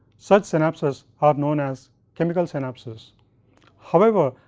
such synapses are known as chemical synapses however,